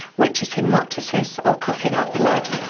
which is haemoptysis or coughing up blood,